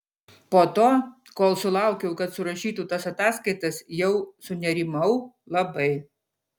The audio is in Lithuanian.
po to kol sulaukiau kad surašytų tas ataskaitas jau sunerimau labai